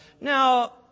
Now